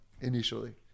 initially